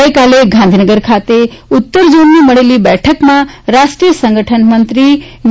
ગઈકાલે ગાંધીનગર ખાતે ઉત્તર ઝોનની મળેલી બેઠકમાં રાષ્ટ્રીય સંગઠન મંત્રી વી